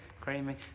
creamy